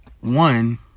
one